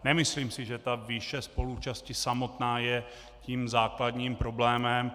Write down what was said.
Nemyslím si ale, že výše spoluúčasti samotná je tím základním problémem.